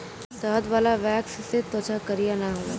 शहद वाला वैक्स से त्वचा करिया ना होला